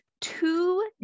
two